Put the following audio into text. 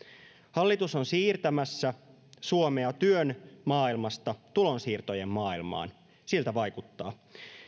hallitus on siirtämässä suomea työn maailmasta tulonsiirtojen maailmaan siltä vaikuttaa